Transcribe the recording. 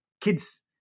kids